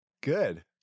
Good